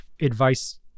advice